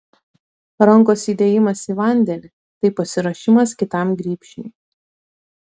rankos įdėjimas į vandenį tai pasiruošimas kitam grybšniui